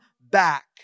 back